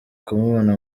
kumubona